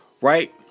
Right